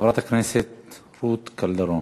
חברת הכנסת רות קלדרון.